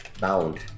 bound